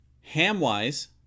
Ham-wise